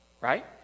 right